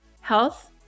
health